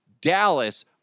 Dallas